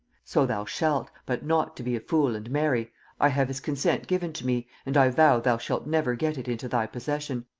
so thou shalt, but not to be a fool and marry i have his consent given to me, and i vow thou shalt never get it into thy possession.